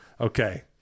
okay